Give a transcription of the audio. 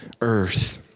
earth